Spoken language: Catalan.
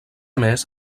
més